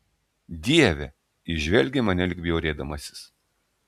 dieve jis žvelgė į mane lyg bjaurėdamasis